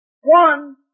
One